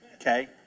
okay